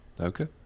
Okay